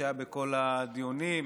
שהיה בכל הדיונים,